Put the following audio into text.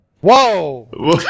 Whoa